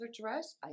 dress